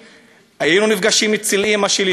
היינו נפגשים אצל אימא שלי,